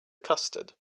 custard